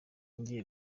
ngiye